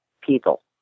people